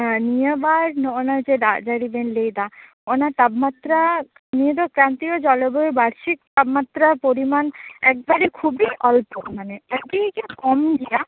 ᱦᱮᱸ ᱱᱤᱭᱟ ᱵᱟᱨ ᱱᱚᱜᱼᱚᱭ ᱱᱚᱣᱟ ᱡᱮ ᱫᱟᱜ ᱡᱟ ᱲᱤ ᱵᱤᱱ ᱞᱟ ᱭᱮᱫᱟ ᱚᱱᱟ ᱛᱟᱯᱢᱟᱛᱨᱟ ᱱᱤᱭᱟ ᱫᱚ ᱠᱨᱟᱱᱛᱤᱭᱚ ᱡᱚᱞᱚ ᱵᱟᱭᱩ ᱵᱟᱨᱥᱤᱠ ᱛᱟᱯᱢᱟᱛᱨᱟ ᱯᱚᱨᱤᱢᱟᱱ ᱮᱠᱵᱟᱨᱤ ᱠᱷᱩᱵᱤ ᱚᱞᱯᱚ ᱢᱟᱱᱮ ᱟ ᱰᱤᱜᱮ ᱠᱚᱢ ᱜᱮᱭᱟ